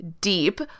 deep